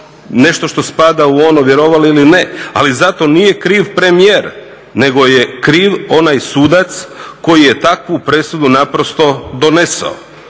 nešto što spada u ono vjerovali ili ne, ali za to nije kriv premijer nego je kriv onaj sudac koji je takvu presudu naprosto donesao.